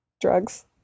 Drugs